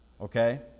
Okay